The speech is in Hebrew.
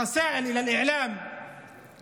550. אז היום אנחנו שומעים שיש קיצוצים,